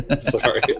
Sorry